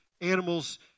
animals